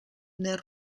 nel